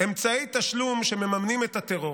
אמצעי תשלום שמממנים את הטרור.